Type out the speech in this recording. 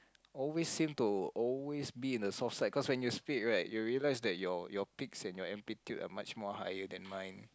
always seem to always be on the soft side cause when you speak right you realize that your your peaks and your amplitude are much more higher than mine